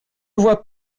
vois